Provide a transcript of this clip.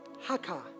haka